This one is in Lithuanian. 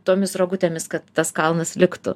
tomis rogutėmis kad tas kalnas liktų